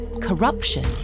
corruption